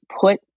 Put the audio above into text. put